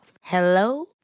Hello